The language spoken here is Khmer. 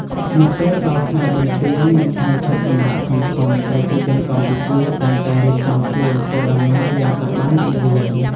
នៅពេលដល់ថ្ងៃបុណ្យទាន និងថ្ងៃឈប់សម្រាកធំៗ ប្រជាជនកម្ពុជាតែងតែរៀបចំខ្លួនធ្វើដំណើរយ៉ាងសប្បាយរីករាយ។